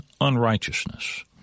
unrighteousness